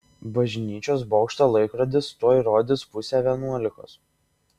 bažnyčios bokšto laikrodis tuoj rodys pusę vienuolikos